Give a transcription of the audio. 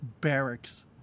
barracks